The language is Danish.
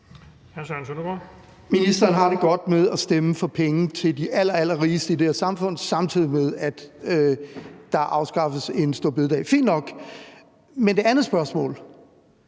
Ministeren har det godt med at stemme for penge til de allerallerrigeste i det her samfund, samtidig med at der afskaffes en store bededag – fint nok. Men det andet spørgsmål